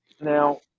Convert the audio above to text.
now